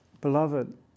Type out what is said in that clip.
Beloved